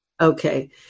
Okay